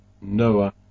Noah